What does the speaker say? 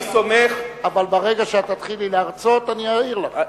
אבל ברגע שתתחילי להרצות אני אעיר לך.